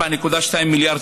4.2 מיליארד